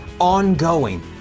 ongoing